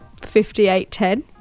5810